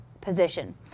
position